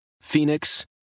Phoenix